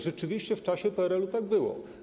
Rzeczywiście w czasach PRL-u tak było.